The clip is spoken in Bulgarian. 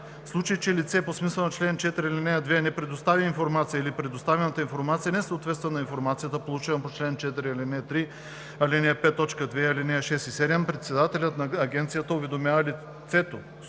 случай че лице по смисъла на чл. 4, ал. 2 не предостави информация или предоставената информация не съответства на информацията, получена по чл. 4, ал. 3, ал. 5, т. 2, ал. 6 и 7, председателят на агенцията уведомява лицето